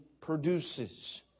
produces